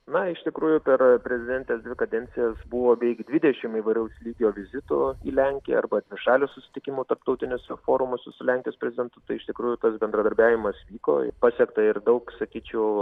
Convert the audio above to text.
na iš tikrųjų per prezidentės dvi kadencijas buvo beveik dvidešimt įvairaus lygio vizitų į lenkiją arba dvišalių susitikimų tarptautiniuose forumuose su lenkijos prezidentu tai iš tikrųjų tas bendradarbiavimas vyko pasiekta ir daug sakyčiau